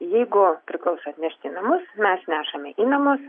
jeigu priklauso atnešti į namus mes nešame į namus